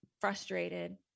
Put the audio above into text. frustrated